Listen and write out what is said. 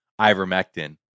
ivermectin